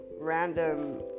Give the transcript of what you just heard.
random